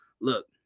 look